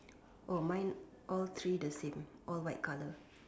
oh mine all three the same all white color